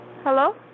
Hello